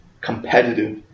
competitive